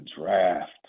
draft